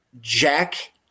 Jack